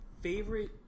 favorite